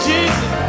Jesus